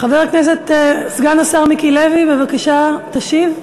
חבר הכנסת סגן השר מיקי לוי, בבקשה תשיב.